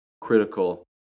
critical